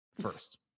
first